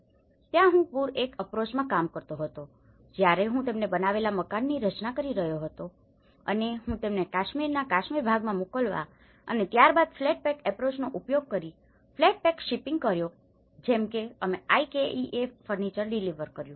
તેથી ત્યાં હું પૂર પેક અપ્રોચમાં કામ કરતો હતો જ્યાં હું તેમને બનાવેલા મકાનોની રચના કરી રહ્યો હતો અને હું તેમને કાશ્મીરના કાશ્મીર ભાગમાં મોકલવા અને ત્યારબાદ ફ્લેટ પેક અપ્રોચનો ઉપયોગ કરીને ફ્લેટ પેક શિપિંગ કર્યો જેમ કે અમે IKEA ફર્નિચર ડીલીવર કર્યું